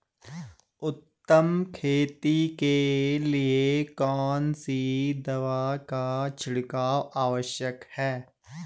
उत्तम खेती के लिए कौन सी दवा का छिड़काव आवश्यक है?